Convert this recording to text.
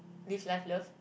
live laugh love